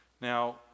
Now